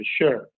sure